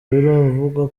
biravugwa